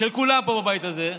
של כולם פה, בבית הזה,